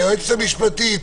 הצבעה ההסתייגות לא אושרה.